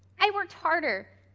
i worked harder